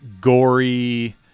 gory